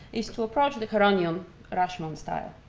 is to approach the charonion rashomon-style.